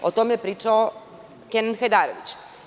O tome je pričao Kenan Hajdarević.